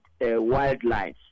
wildlife